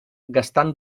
gastant